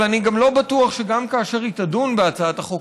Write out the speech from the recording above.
אבל אני גם לא בטוח שגם כאשר היא תדון בהצעת החוק